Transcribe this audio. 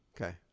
Okay